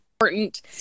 important